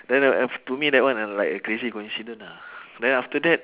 then af~ to me that one I like a crazy coincidence ah then after that